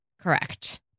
Correct